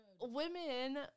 women